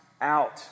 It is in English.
out